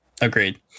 agreed